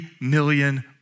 million